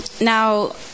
Now